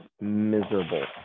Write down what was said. miserable